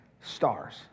stars